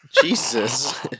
Jesus